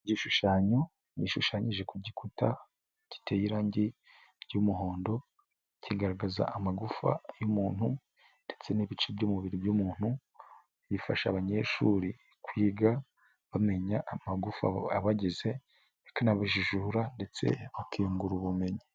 Igishushanyo gishushanyije ku gikuta, giteye irangi ry'umuhondo ,kigaragaza amagufa y'umuntu ndetse n'ibice by'umubiri by'umuntu, bifasha abanyeshuri kwiga, bamenya amagufawa abagize, bikanabajijura ndetse bakiyungura ubumenyi.